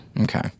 okay